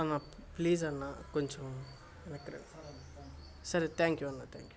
అన్నా ప్లీజ్ అన్నా కొంచెం వెనక రండి సరే థ్యాంక్ యు అన్నా థ్యాంక్ యు